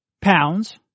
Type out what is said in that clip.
pounds